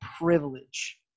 privilege